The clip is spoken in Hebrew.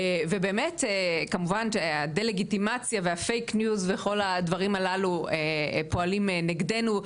ובאמת כמובן שהדה-לגיטימציה והפייק ניוז כל הזמן פועלים נגדנו,